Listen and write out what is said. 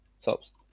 tops